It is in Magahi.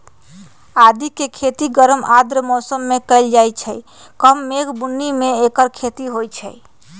आदिके खेती गरम आर्द्र मौसम में कएल जाइ छइ कम मेघ बून्नी में ऐकर खेती होई छै